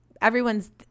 everyone's